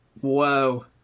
Whoa